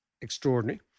extraordinary